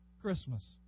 Christmas